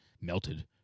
melted